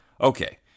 Okay